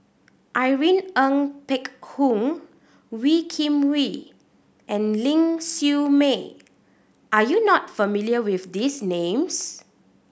Irene Ng Phek Hoong Wee Kim Wee and Ling Siew May are you not familiar with these names